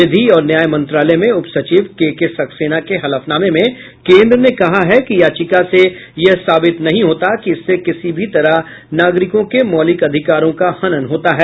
विधि और न्याय मंत्रालय में उपसचिव के के सक्सेना के हलफनामे में केन्द्र ने कहा है कि याचिका से यह साबित नहीं होता कि इससे किसी भी तरह नागरिकों के मौलिक अधिकारों का हनन होता है